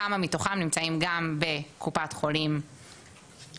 כמה מתוכם נמצאים גם בקופת החולים המסוימת.